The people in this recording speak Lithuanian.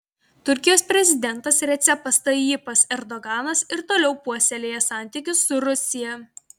turkijos prezidentas recepas tayyipas erdoganas ir toliau puoselėja santykius su rusija